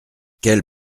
quelle